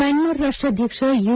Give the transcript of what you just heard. Myanmar ರಾಷ್ಟಾಧ್ಯಕ್ಷ you